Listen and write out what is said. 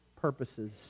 purposes